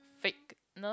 fakeness